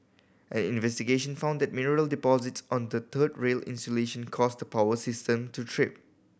an investigation found that mineral deposits on the third rail insulation caused power system to trip